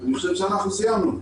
אנחנו סיימנו.